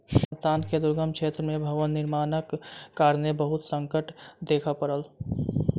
संस्थान के दुर्गम क्षेत्र में भवन निर्माणक कारणेँ बहुत संकट देखअ पड़ल